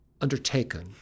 undertaken